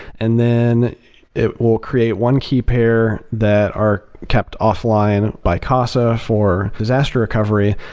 and then it will create one key pair that are kept off-line by casa for disaster recovery,